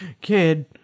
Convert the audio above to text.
kid